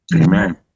Amen